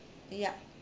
ya